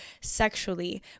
sexually